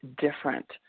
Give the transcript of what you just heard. different